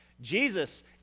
Jesus